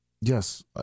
Yes